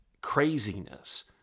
craziness